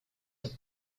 have